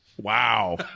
Wow